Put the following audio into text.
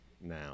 now